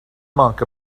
monk